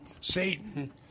Satan